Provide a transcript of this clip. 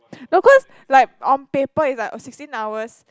no cause like on paper it's like oh sixteen hours